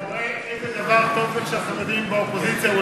אתה רואה איזה דבר טוב זה שהחרדים באופוזיציה?